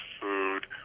food